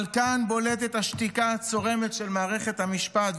אבל כאן בולטת השתיקה הצורמת של מערכת המשפט,